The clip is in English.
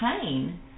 pain